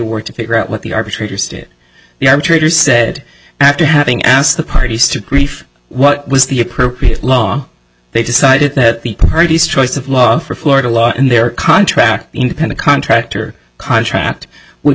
work to figure out what the arbitrators did the arbitrator said after having asked the parties to reef what was the appropriate law they decided that the parties choice of law for florida law in their contract independent contractor contract w